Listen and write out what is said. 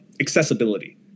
accessibility